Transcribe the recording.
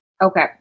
Okay